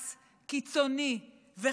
קיצוני וחפוז,